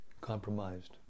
compromised